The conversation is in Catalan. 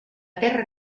terra